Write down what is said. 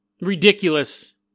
Ridiculous